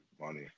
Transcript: money